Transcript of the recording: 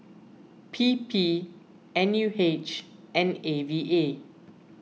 P P N U H and A V A